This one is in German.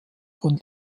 von